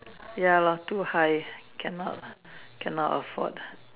ya lot do high can not can not afford